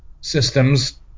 systems